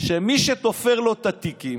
שמי שתופר לו את התיקים